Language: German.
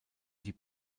die